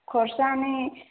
खोर्सानी